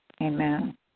Amen